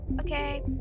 Okay